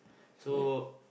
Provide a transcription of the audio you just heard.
so